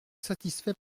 satisfaits